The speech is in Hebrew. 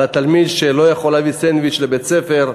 על התלמיד שלא יכול להביא סנדוויץ' לבית-הספר.